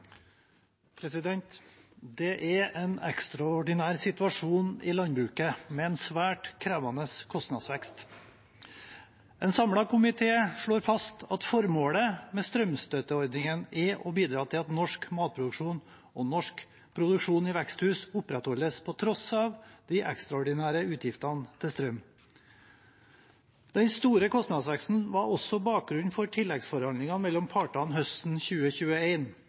Det er en ekstraordinær situasjon i landbruket, med en svært krevende kostnadsvekst. En samlet komité slår fast at formålet med strømstøtteordningen er å bidra til at norsk matproduksjon og norsk produksjon i veksthus opprettholdes på tross av de ekstraordinære utgiftene til strøm. Den store kostnadsveksten var også bakgrunnen for tilleggsforhandlingene mellom